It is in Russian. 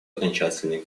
окончательный